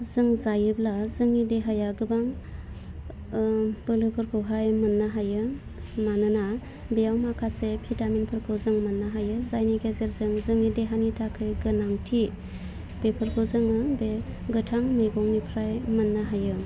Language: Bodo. जों जायोब्ला जोंनि देहाया गोबां ओह बोलोफोरखौहाय मोन्नो हायो मानोना बेयाव माखासे बिथामिनफोरखौ जों मोन्नो हायो जायनि गेजेरजों जोंनि देहानि थाखै गोनांथि बेफोरखौ जोङो बे गोथां मैगंनिफ्राय मोन्नो हायो